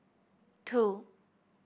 two